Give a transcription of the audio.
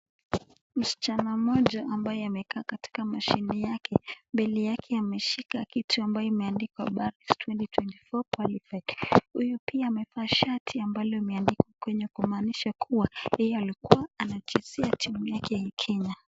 Msichana moja ambaye amekaa katika mashine yake. Mbele yake ameshika kitu ambayo imeandikwa (2024 Qualified) . Huyu pia amevaa shati ambalo imeandikwa Kenya kumaanisha kuwa yeye alikuwa anachezea timu yake Kenya.